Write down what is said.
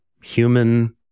human